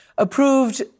approved